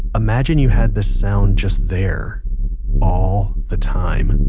imagine you had this sound just there all the time.